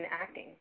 acting